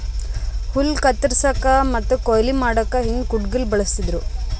ಹುಲ್ಲ್ ಕತ್ತರಸಕ್ಕ್ ಮತ್ತ್ ಕೊಯ್ಲಿ ಮಾಡಕ್ಕ್ ಹಿಂದ್ ಕುಡ್ಗಿಲ್ ಬಳಸ್ತಿದ್ರು